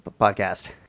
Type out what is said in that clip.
podcast